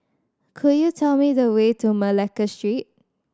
could you tell me the way to Malacca Street